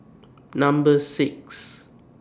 Number six